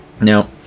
Now